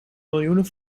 miljoenen